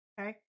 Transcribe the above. Okay